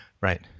Right